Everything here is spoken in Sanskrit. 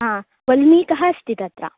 हा वल्मीकः अस्ति तत्र